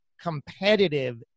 competitive